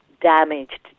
damaged